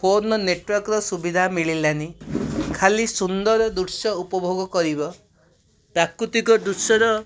ଫୋନ୍ର ନେଟୱାର୍କ୍ର ସୁବିଧା ମିଳିଲାନି ଖାଲି ସୁନ୍ଦର ଦୃଶ୍ୟ ଉପଭୋଗ କରିବ ପ୍ରାକୃତିକ ଦୃଶ୍ୟର